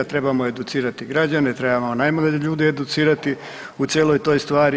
Trebamo educirati građane, trebamo najmanje ljude educirati u cijeloj toj stvari.